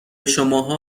شماها